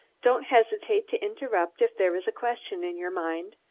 don't hesitate to interrupt if there is a question in your mind,